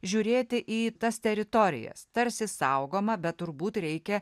žiūrėti į tas teritorijas tarsi saugoma bet turbūt reikia